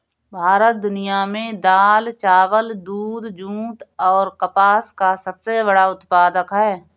भारत दुनिया में दाल, चावल, दूध, जूट और कपास का सबसे बड़ा उत्पादक है